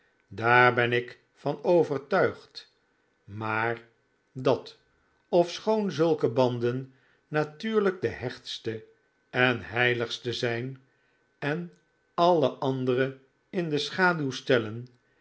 daar ben ik van overtuigd maar dat ofschoon zulke banden natuurlijk de hechtste en heiligste zijn en ae andere in de schaduw stellen